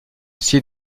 site